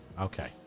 okay